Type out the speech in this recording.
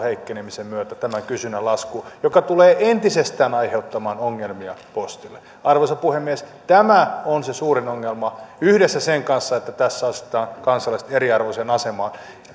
heikkenemisen myötä kysynnän laskuun joka tulee entisestään aiheuttamaan ongelmia postille arvoisa puhemies tämä on se suurin ongelma yhdessä sen kanssa että tässä asetetaan kansalaiset eriarvoiseen asemaan